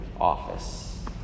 office